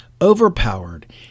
overpowered